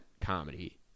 comedy